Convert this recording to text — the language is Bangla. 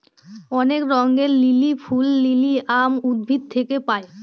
অনেক রঙের লিলি ফুল লিলিয়াম উদ্ভিদ থেকে পায়